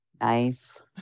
Nice